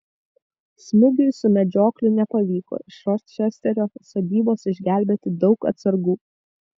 smigiui su medžiokliu nepavyko iš ročesterio sodybos išgelbėti daug atsargų